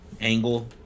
angle